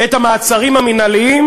את המעצרים המינהליים,